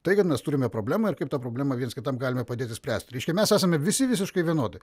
tai kad mes turime problemą ir kaip tą problemą viens kitam galime padėti spręsti reiškia mes esame visi visiškai vienodi